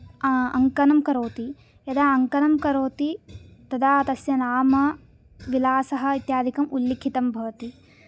अङ्कनं करोति यदा अङ्कनं करोति तदा तस्य नाम विलासः इत्याधिकम् उल्लिखितं भवति